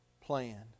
plan